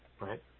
right